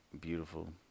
beautiful